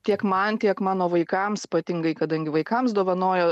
tiek man tiek mano vaikams ypatingai kadangi vaikams dovanoja